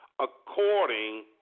according